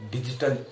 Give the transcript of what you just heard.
Digital